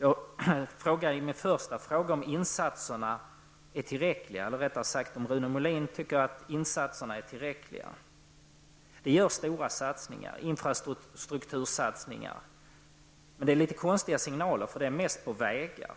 I min första fråga vill jag veta om Rune Molin anser att insatserna är tillräckliga. Det görs stora infrastruktursatsningar, men konstigt nog görs dessa mest på vägar.